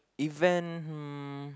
event hmm